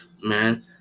man